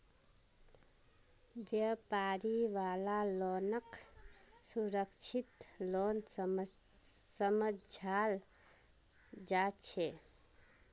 व्यापारी वाला लोनक सुरक्षित लोन समझाल जा छे